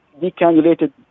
decannulated